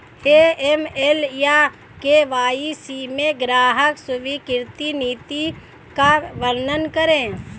AML या KYC में ग्राहक स्वीकृति नीति का वर्णन करें?